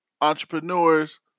entrepreneurs